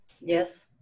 yes